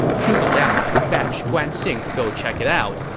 zhuge liang dispatched guan xing to go check it out,